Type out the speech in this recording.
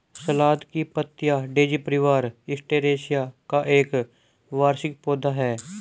सलाद की पत्तियाँ डेज़ी परिवार, एस्टेरेसिया का एक वार्षिक पौधा है